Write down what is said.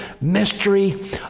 mystery